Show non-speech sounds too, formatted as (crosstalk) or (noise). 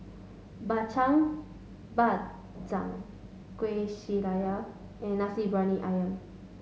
Bak Chang Bak (unintelligible) Kueh Syara and Nasi Briyani Ayam